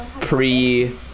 pre